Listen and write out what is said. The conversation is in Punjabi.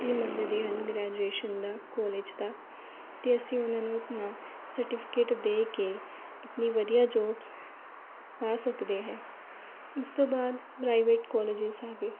ਵੀ ਮੰਗਦੇ ਹਨ ਗ੍ਰੈਜੂਏਸ਼ਨ ਦਾ ਕਾਲਜ ਦਾ ਅਤੇ ਅਸੀਂ ਉਹਨਾਂ ਨੂੰ ਆਪਣਾ ਸਰਟੀਫਿਕੇਟ ਦੇ ਕੇ ਆਪਣੀ ਵਧੀਆ ਜੋਬਸ ਪਾ ਸਕਦੇ ਹੈ ਉਸ ਤੋਂ ਬਾਅਦ ਪ੍ਰਾਈਵੇਟ ਕੌਲੇਜਿਸ ਆ ਗਏ